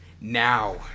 Now